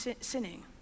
sinning